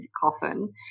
coffin